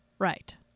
Right